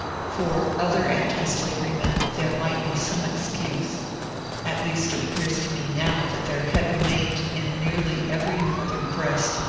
for other antislavery men there might be some excuse at least it appears to me now that there had remained in nearly every northern breast,